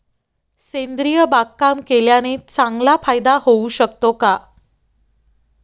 सेंद्रिय बागकाम केल्याने चांगला फायदा होऊ शकतो का?